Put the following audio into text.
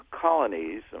colonies